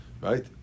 right